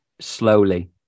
slowly